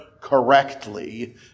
correctly